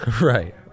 Right